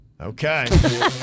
Okay